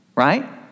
Right